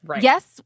Yes